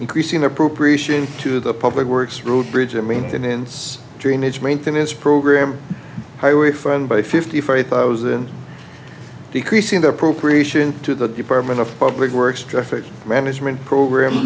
increasing appropriations to the public works road bridge maintenance drainage maintenance program highway fund by fifty thousand decreasing the appropriation to the department of public works traffic management program